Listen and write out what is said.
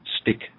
stick